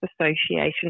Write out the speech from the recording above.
Association